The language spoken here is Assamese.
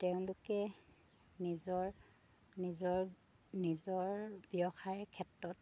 তেওঁলোকে নিজৰ নিজৰ নিজৰ ব্যৱসায়ৰ ক্ষেত্ৰত